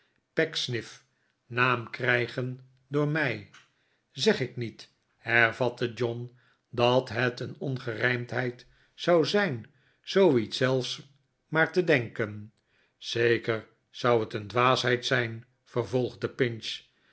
pecksniff naam krijgen door mij zeg ik niet hervatte john dat het een ongerijmdheid zou zijn zooiets zelfs maar te denken zeker zou het een dwaasheid zijn vervolgde pinch